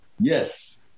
Yes